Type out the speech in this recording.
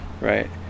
right